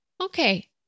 Okay